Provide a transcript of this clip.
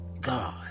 God